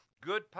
Good